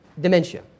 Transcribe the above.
dementia